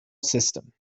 system